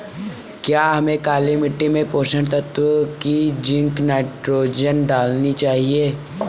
क्या हमें काली मिट्टी में पोषक तत्व की जिंक नाइट्रोजन डालनी चाहिए?